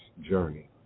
journey